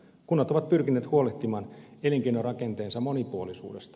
kunnat ovat pyrkineet huolehtimaan elinkeinorakenteensa monipuolisuudesta